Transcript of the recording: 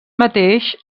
mateix